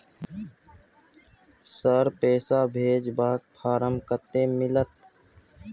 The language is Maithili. सर, पैसा भेजबाक फारम कत्ते मिलत?